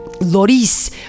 Loris